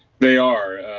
they are.